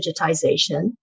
digitization